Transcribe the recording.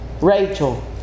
Rachel